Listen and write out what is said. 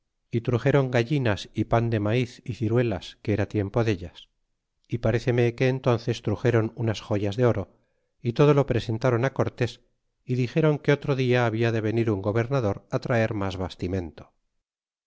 y truxéron gallinas y pan de maiz y ciruelas que era tiempo dellas y pare cerne que entonces truxeron unas joyas de oro y todo lo presentáron á cortes é dixeron que otro dia habla de venir un gobernador traer mas